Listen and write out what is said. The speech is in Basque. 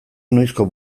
noizko